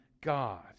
God